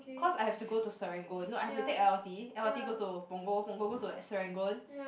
cause I have to go to Serangoon no I have to take L_R_T L_R_T go to Punggol Punggol go to Serangoon